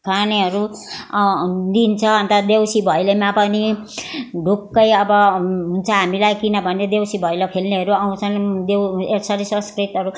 खानेहरू दिन्छ अन्त देउसी भैलोमा पनि ढुक्क अब हुन्छ हामीलाई किनभने देउसी भैलो खेल्नेहरू आउँछन् देउ यसरी संस्कृतिहरू